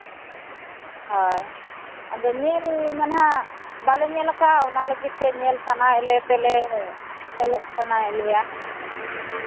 ᱦᱳᱭ ᱟᱫᱚ ᱧᱮᱞ ᱢᱟ ᱱᱟᱦᱟᱸᱜ ᱵᱟᱞᱮ ᱧᱮᱞ ᱠᱟᱜᱼᱟ ᱚᱱᱟ ᱞᱟᱹᱜᱤᱫ ᱛᱮ ᱧᱮᱞ ᱥᱟᱱᱟᱭᱮᱫ ᱞᱮ ᱛᱮᱞᱮ ᱪᱟᱞᱟᱜ ᱥᱟᱱᱟᱭᱮᱫ ᱞᱮᱭᱟ